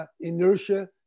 Inertia